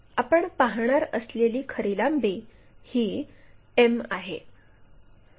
आपण पाहणार असलेली खरी लांबी ही m आहे